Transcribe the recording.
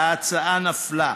וההצעה נפלה.